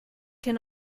can